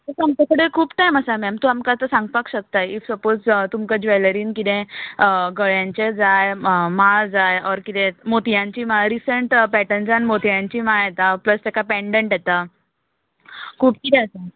तुमचे कडेन खूब टायम आसा मॅम तू आतां सांगपाक शकता इफ सपोज तुमका ज्वॅलरीन कितेंय गळ्यांचे जाय माळ जाय ऑर कितें मोतियांची माळ रिसंट पॅटंसान मोतियांची माळ येता प्लस तेका पँडंट येता खूब किदें आसा